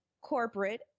corporate